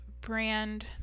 brand